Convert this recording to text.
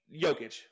Jokic